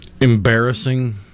embarrassing